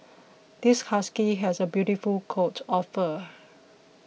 this husky has a beautiful coat of fur